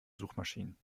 suchmaschinen